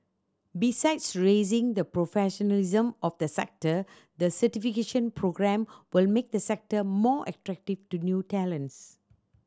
besides raising the professionalism of the sector the certification programme will make the sector more attractive to new talents